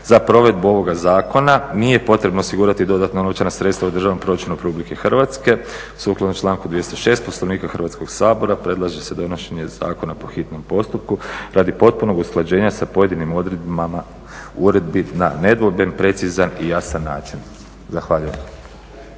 Za provedbu ovoga zakona nije potrebno osigurati dodatna novčana sredstva u Državnom proračunu RH. Sukladno članku 206. Poslovnika Hrvatskog sabora predlaže se donošenje zakona po hitnom postupku radi potpunog usklađenja sa pojedinim odredbama uredbi na nedvojben, precizan i jasan način. Zahvaljujem.